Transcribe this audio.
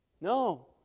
No